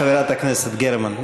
חברת הכנסת גרמן.